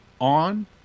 On